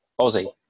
Aussie